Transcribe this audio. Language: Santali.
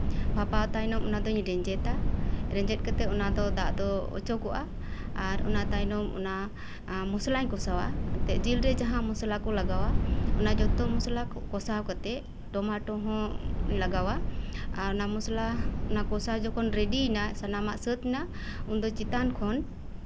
ᱵᱷᱟᱯᱟᱣ ᱛᱟᱭᱱᱚᱢ ᱚᱱᱟ ᱫᱩᱧ ᱨᱮᱸᱡᱮᱫᱟ ᱨᱮᱸᱡᱮᱫ ᱠᱟᱛᱮᱫ ᱚᱱᱟ ᱫᱚ ᱫᱟᱜ ᱫᱚ ᱚᱪᱚᱜᱚᱜᱼᱟ ᱟᱨ ᱚᱱᱟ ᱛᱟᱭᱱᱚᱢ ᱚᱱᱟ ᱮᱸ ᱢᱚᱥᱞᱟᱧ ᱠᱚᱥᱟᱣᱟ ᱮᱱᱛᱮ ᱡᱤᱞ ᱨᱮ ᱡᱟᱦᱟᱸ ᱢᱚᱥᱞᱟ ᱠᱚ ᱞᱟᱜᱟᱣᱟ ᱚᱱᱟ ᱡᱚᱛᱚ ᱢᱚᱥᱞᱟ ᱠᱚᱥᱟᱣ ᱠᱟᱛᱮᱫ ᱴᱚᱢᱟᱴᱳ ᱦᱚᱸᱧ ᱞᱟᱜᱟᱣᱟ ᱟᱨ ᱚᱱᱟ ᱢᱚᱥᱞᱟ ᱠᱚᱥᱟᱣ ᱡᱚᱠᱷᱚᱱ ᱨᱮᱰᱤᱭᱱᱟ ᱥᱟᱱᱟᱢᱟᱜ ᱥᱟᱹᱛ ᱮᱱᱟ ᱩᱱᱫᱚ ᱪᱮᱛᱟᱱ ᱠᱷᱚᱱ